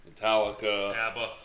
Metallica